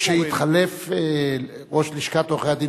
כשיתחלף ראש לשכת עורכי-הדין,